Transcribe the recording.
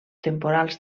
temporals